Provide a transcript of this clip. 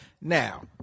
now